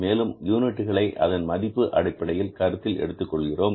மேலும் யூனிட்டுகளை அதனுடைய மதிப்பின் அடிப்படையில் கருத்தில் எடுத்துக் கொள்கிறோம்